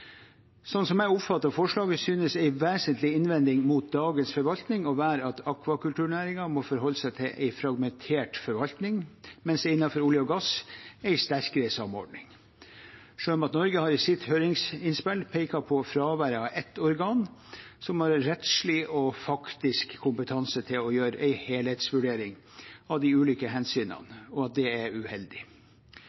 jeg oppfatter forslaget, synes en vesentlig innvending mot dagens forvaltning å være at akvakulturnæringen må forholde seg til en fragmentert forvaltning, mens det innenfor olje- og gassektoren er en sterkere samordning. Sjømat Norge har i sitt høringsinnspill pekt på at fraværet av ett organ – som har rettslig og faktisk kompetanse til å gjøre en helhetsvurdering av de ulike